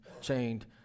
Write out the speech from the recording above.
chained